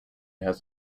has